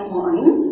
one